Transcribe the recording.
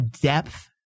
depth